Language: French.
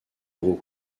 gros